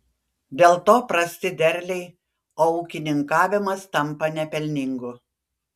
dėl to prasti derliai o ūkininkavimas tampa nepelningu